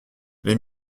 les